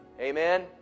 Amen